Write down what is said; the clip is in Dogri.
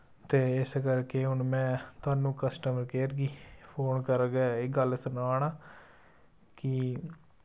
ते इस करके हुन मैं थोआनू कस्टमर केयर गी फोन करगे एह् गल्ल सना ना कि